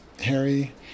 Harry